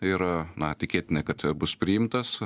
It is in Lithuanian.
ir na tikėtinai kad bus priimtas